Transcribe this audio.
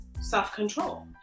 self-control